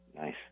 Nice